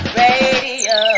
radio